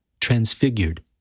transfigured